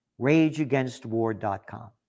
rageagainstwar.com